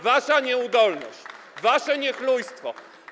Wasza nieudolność, wasze niechlujstwo.